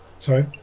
Sorry